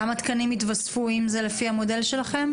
כמה תקנים יתווספו אם זה לפי המודל שלכם?